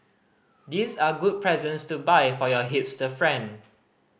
these are good presents to buy for your hipster friend